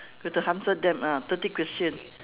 we have to answer them ah thirty question